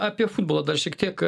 apie futbolą dar šiek tiek